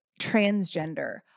transgender